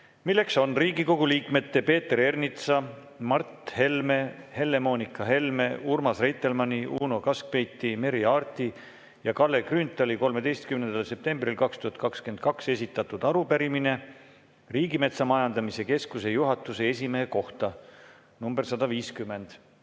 See on Riigikogu liikmete Peeter Ernitsa, Mart Helme, Helle-Moonika Helme, Urmas Reitelmanni, Uno Kaskpeiti, Merry Aarti ja Kalle Grünthali 13. septembril 2022 esitatud arupärimine Riigimetsa Majandamise Keskuse juhatuse esimehe kohta (nr 150).